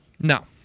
No